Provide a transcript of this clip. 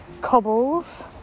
cobbles